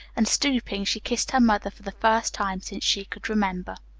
and stooping, she kissed her mother for the first time since she could remember.